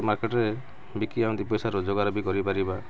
ମାର୍କେଟ୍ରେ ବିକ୍ରି ଆମ ଦୁଇ ପଇସା ରୋଜଗାର ବି କରିପାରିବା